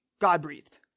God-breathed